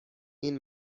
این